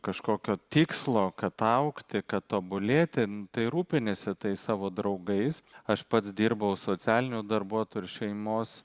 kažkokio tikslo kad augti kad tobulėti tai rūpiniesi tais savo draugais aš pats dirbau socialiniu darbuotoju ir šeimos